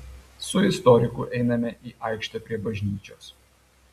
su istoriku einame į aikštę prie bažnyčios